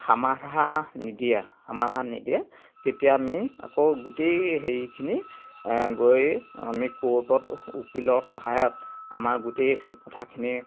সামাধা নিদিয়ে সমাধান নিদিয়ে তেতিয়া আমি আকৌ গোটেই হেৰি খিনি গৈ আমি কোৰ্টত উকিলৰ সহায়ত আমাৰ গোটেই কথাখিনি